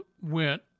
went